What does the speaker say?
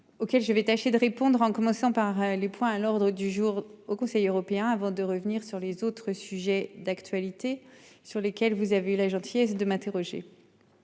je vais tâcher de répondre en commençant par les points à l'ordre du jour au conseil européen, avant de revenir sur les autres sujets d'actualité sur lesquels vous avez eu la gentillesse de m'interroger.